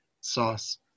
sauce